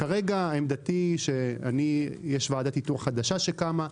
כרגע עמדתי היא שיש ועדת איתור חדשה שקמה,